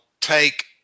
take